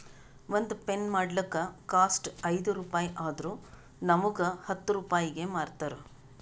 ಒಂದ್ ಪೆನ್ ಮಾಡ್ಲಕ್ ಕಾಸ್ಟ್ ಐಯ್ದ ರುಪಾಯಿ ಆದುರ್ ನಮುಗ್ ಹತ್ತ್ ರೂಪಾಯಿಗಿ ಮಾರ್ತಾರ್